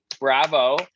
Bravo